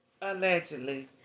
Allegedly